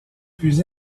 plus